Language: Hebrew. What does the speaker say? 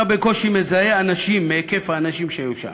אתה בקושי מזהה אנשים מהיקף האנשים שהיו שם.